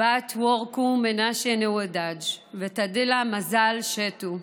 בת וורקו-מנשה-נוואדאג' וטדלה-מזל שטו,